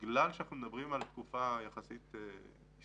בגלל שאנחנו מדברים על תקופה יחסית היסטורית,